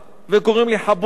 וקוראים לי חבושה,